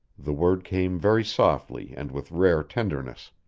the word came very softly, and with rare tenderness.